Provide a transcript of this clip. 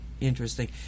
interesting